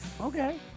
Okay